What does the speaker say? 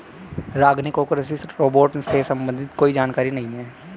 रागिनी को कृषि रोबोट से संबंधित कोई जानकारी नहीं है